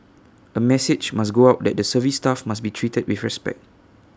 A message must go out that the service staff must be treated with respect